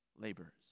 laborers